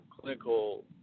clinical